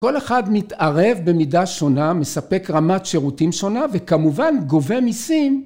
כל אחד מתערב במידה שונה, מספק רמת שירותים שונה וכמובן גובה מיסים.